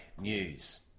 news